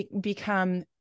become